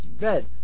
red